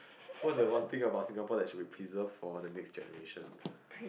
what's the one thing about Singapore that should be preserved for the next generation